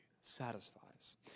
satisfies